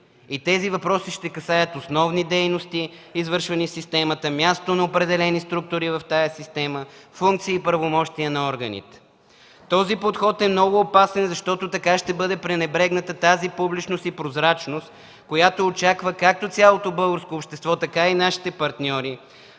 Тези въпроси ще касаят основни дейности, извършвани в системата, място на определени структури в тази система, функции и правомощия на органите. Този подход е много опасен, защото така ще бъде пренебрегната тази публичност и прозрачност, която очакват както цялото българско общество, така и нашите партньори,